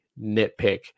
nitpick